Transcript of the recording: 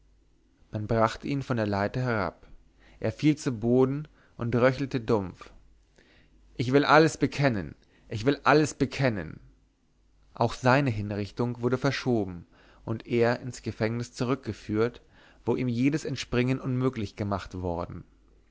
man brachte ihn von der leiter herab er fiel zu boden und röchelte dumpf ich will alles bekennen ich will alles bekennen auch seine hinrichtung wurde verschoben und er ins gefängnis zurückgeführt wo ihm jedes entspringen unmöglich gemacht worden